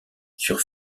sur